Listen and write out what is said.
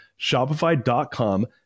Shopify.com